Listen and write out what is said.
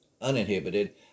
uninhibited